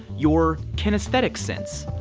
your kinesthetic sense,